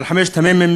על חמשת המ"מים,